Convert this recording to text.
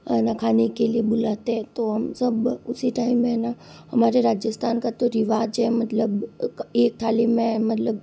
खाना खाने के लिए बुलाते हैं तो हम सब उसी टाइम में ना हमारे राजस्थान का तो रिवाज है मतलब एक थाली में मतलब